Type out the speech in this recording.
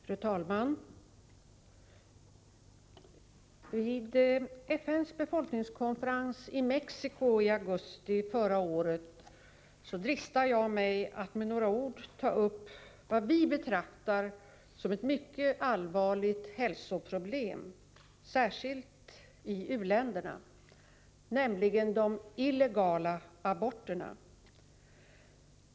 Fru talman! Vid FN:s befolkningskonferens i Mexico i augusti förra året dristade jag mig att med några ord ta upp vad vi betraktar som ett mycket allvarligt hälsoproblem — särskilt i u-länderna — nämligen de illegala aborterna.